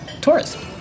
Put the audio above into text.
Taurus